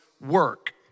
work